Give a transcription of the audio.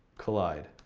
collide.